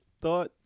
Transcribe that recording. thought